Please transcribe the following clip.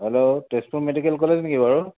hello Tezpur medical college নেকি বাৰু